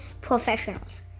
Professionals